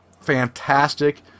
fantastic